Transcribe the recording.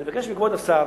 אני מבקש מכבוד השר